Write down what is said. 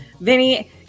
Vinny